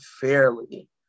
fairly